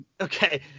Okay